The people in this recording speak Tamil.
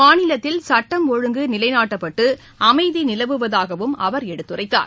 மாநிலத்தில் சட்டம் ஒழுங்கு நிலைநாட்டப்பட்டு அமைதி நிலவுவதாகவும் அவர் எடுத்துரைத்தார்